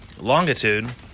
longitude